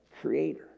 creator